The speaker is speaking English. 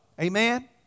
Amen